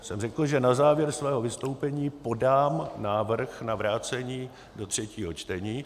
Já jsem řekl, že na závěr svého vystoupení podám návrh na vrácení do třetího čtení.